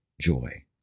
joy